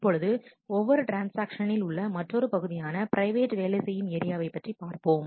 இப்பொழுது ஒவ்வொரு ட்ரான்ஸ்ஆக்ஷனில் உள்ள மற்றொரு பகுதியான பிரைவேட் வேலை செய்யும் ஏரியாவை பற்றி பார்ப்போம்